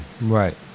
Right